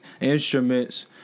instruments